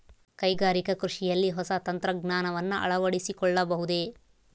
ಕೈಗಾರಿಕಾ ಕೃಷಿಯಲ್ಲಿ ಹೊಸ ತಂತ್ರಜ್ಞಾನವನ್ನ ಅಳವಡಿಸಿಕೊಳ್ಳಬಹುದೇ?